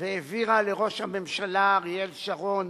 והעבירה לראש הממשלה אריאל שרון